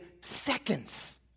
seconds